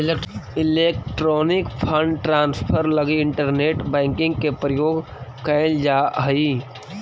electronic fund transfer लगी internet banking के प्रयोग कैल जा हइ